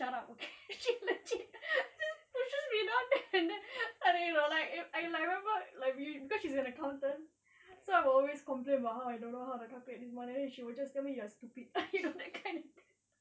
shut up okay she legit she pushes me down there and then I don't know like I like remember cause she's an accountant so I will always complain about how I don't know how to calculate this money and she will just tell you're stupid I know that kind